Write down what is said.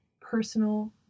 personal